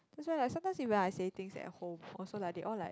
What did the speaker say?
that's why like sometimes even I say some things at home also they all like